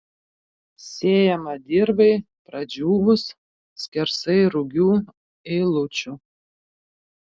sėjama dirvai pradžiūvus skersai rugių eilučių